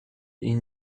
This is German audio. ihn